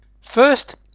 First